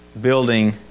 building